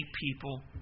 people